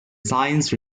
science